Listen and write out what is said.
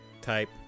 type